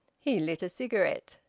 he lit a cigarette.